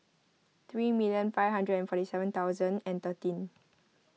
three million five hundred and forty seven thousand and thirteen